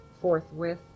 forthwith